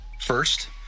first